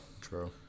true